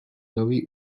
nový